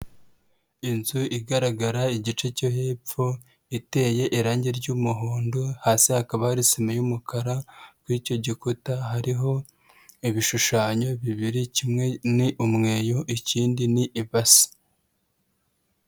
Inzu igaragara igice cyo hepfo, iteye irangi ry'umuhondo, hasi hakaba ari sima y'umukara, kuri icyo gikuta hariho ibishushanyo bibiri, kimwe ni umweyo ikindi n'ibasi.